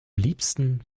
liebsten